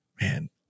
man